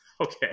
okay